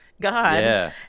God